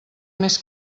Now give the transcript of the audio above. més